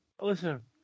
Listen